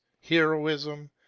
heroism